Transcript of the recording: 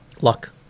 luck